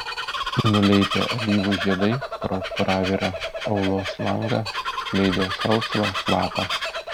nuleipę alyvų žiedai pro pravirą aulos langą skleidė salsvą kvapą